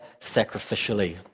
sacrificially